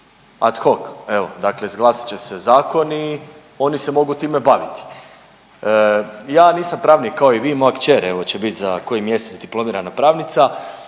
ad hoc. Evo, dakle izglasat će se zakoni i oni se mogu time baviti. Ja nisam pravnik, kao i vi, moja kćer evo, će bit za koji mjesec diplomirana pravnica,